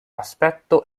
aspetto